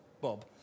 Bob